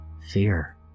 fear